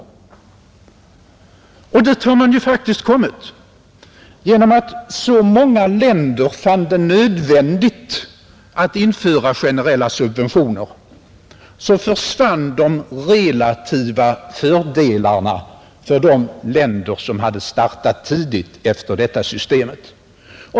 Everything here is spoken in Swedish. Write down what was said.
Dit har man nu faktiskt kommit; genom att så många länder fann det nödvändigt att införa generella subventioner försvann de relativa fördelarna för de länder som hade startat tidigt med detta system.